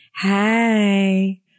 hey